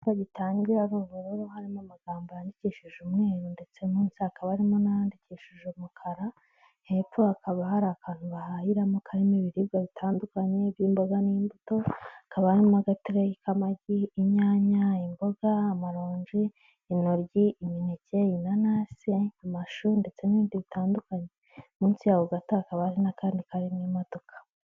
Kuko gitangira ari ubururu harimo amagambo yandikishije umweru ndetse munsi hakaba harimo n'ayandikishije umukara, hepfo hakaba hari akantu bahahiramo karimo ibiribwa bitandukanye by'imboga n'imbuto, hakaba harimo agatereyi k'amagi, inyanya, imboga, amaronji, intoryi, imineke, inanasi ,amashu ndetse n'ibindi bitandukanye. Munsi y'aho gato hakaba hari n'akandi karimo imodoka.